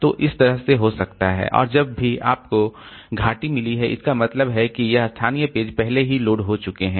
तो इस तरह से हो सकता है और जब भी आपको घाटी मिली है इसका मतलब है कि यह स्थानीय पेज पहले ही लोड हो चुके हैं